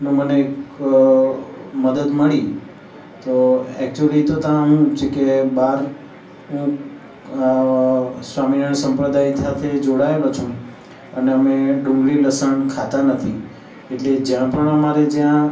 નું મને મદદ મળી તો એક્ચુલી તો ત્યાં શું છે કે બહાર હું સ્વામિનારાયણ સંપ્રદાય સાથે જોડાયેલો છું અને અમે ડુંગળી લસણ ખાતા નથી એટલે જ્યાં પણ અમારે જ્યાં